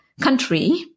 country